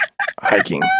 hiking